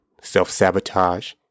self-sabotage